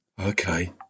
Okay